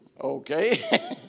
Okay